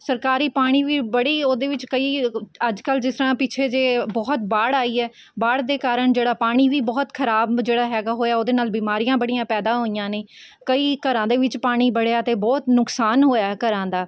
ਸਰਕਾਰੀ ਪਾਣੀ ਵੀ ਬੜੀ ਉਹਦੇ ਵਿੱਚ ਕਈ ਅੱਜ ਕੱਲ੍ਹ ਜਿਸ ਤਰ੍ਹਾਂ ਪਿੱਛੇ ਜਿਹੇ ਬਹੁਤ ਬਾੜ ਆਈ ਹੈ ਬਾੜ ਦੇ ਕਾਰਨ ਜਿਹੜਾ ਪਾਣੀ ਵੀ ਬਹੁਤ ਖ਼ਰਾਬ ਜਿਹੜਾ ਹੈਗਾ ਹੋਇਆ ਉਹਦੇ ਨਾਲ਼ ਬਿਮਾਰੀਆਂ ਬੜੀਆਂ ਪੈਦਾ ਹੋਈਆਂ ਨੇ ਕਈ ਘਰਾਂ ਦੇ ਵਿੱਚ ਪਾਣੀ ਵੜਿਆ ਅਤੇ ਬਹੁਤ ਨੁਕਸਾਨ ਹੋਇਆ ਹੈ ਘਰਾਂ ਦਾ